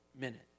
minute